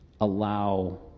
allow